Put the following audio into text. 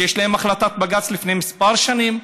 שיש להם החלטת בג"ץ מלפני כמה שנים,